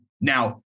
Now